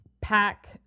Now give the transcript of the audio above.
pack